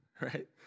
right